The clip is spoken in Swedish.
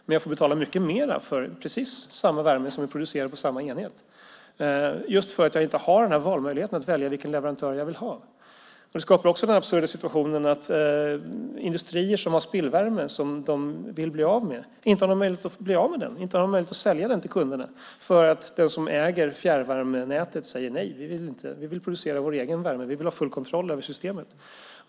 Men jag får betala mycket mer för precis samma värme som är producerad på samma enhet just för att jag inte har valmöjligheten att välja vilken leverantör jag vill ha. Det skapar också den absurda situationen att industrier som har spillvärme som de vill bli av med och sälja till kunderna inte kan det för att den som äger fjärrvärmenätet säger nej. Vi vill inte. Vi vill producera vår egen värme. Vi vill ha full kontroll över systemet.